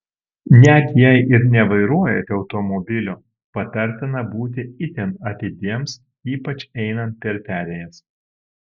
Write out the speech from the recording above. net jei ir nevairuojate automobilio patartina būti itin atidiems ypač einant per perėjas